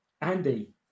Andy